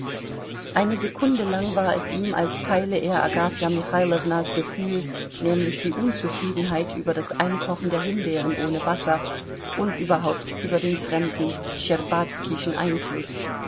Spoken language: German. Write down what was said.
eine sekunde lang war es ihm als teile er agafja michailownas gefühl nämlich die unzufriedenheit über das einkochen der himbeeren ohne wasser und überhaupt über den fremden schtscherbazkischen einfluß